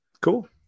Cool